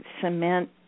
cement